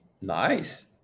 nice